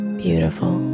beautiful